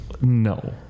no